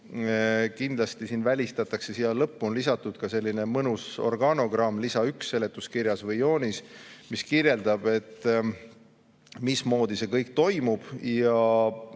Kindlasti välistatakse, siia lõppu on lisatud ka selline mõnus organogramm, lisa 1 seletuskirjas või joonis, mis kirjeldab, mismoodi see kõik toimub, ja